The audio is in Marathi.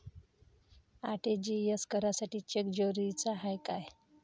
आर.टी.जी.एस करासाठी चेक जरुरीचा हाय काय?